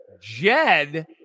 Jed